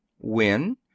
When